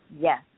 yes